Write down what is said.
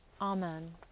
Amen